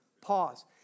Pause